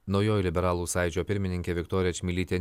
naujoji liberalų sąjūdžio pirmininkė viktorija čmilytė